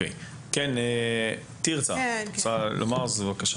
תרצה, בבקשה.